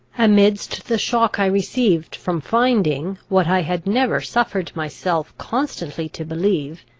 amidst the shock i received from finding, what i had never suffered myself constantly to believe,